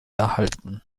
erhalten